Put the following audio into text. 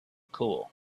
cool